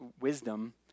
wisdom